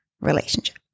relationship